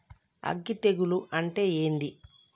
అగ్గి తెగులు అంటే ఏంది?